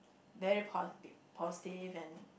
very positive positive and